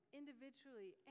individually